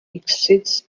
exceeds